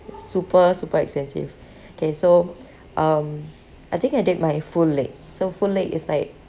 super super expensive okay so um I think I did my full leg so full leg is like